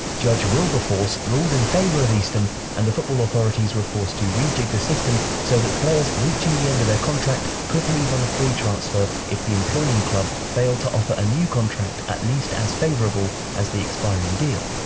judge wilberforce ruled in favour of eastham and the football authorities were forced to rejig the system so that players reaching the end of their contract could leave on a free transfer if the employing club failed to offer a new contract at least as favourable as the expiring deal.